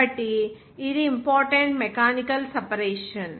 కాబట్టి ఇది important mechanical separation